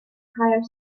hire